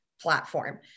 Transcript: platform